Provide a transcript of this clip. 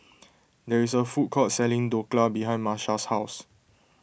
there is a food court selling Dhokla behind Marsha's house